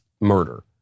murder